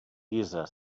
guisa